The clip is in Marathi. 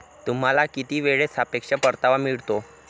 तुम्हाला किती वेळेत सापेक्ष परतावा मिळतो?